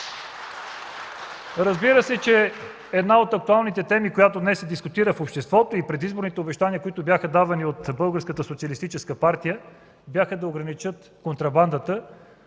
Разбира се, че една от актуалните теми, която днес се дискутира в обществото и предизборните обещания, които бяха давани от Българската социалистическа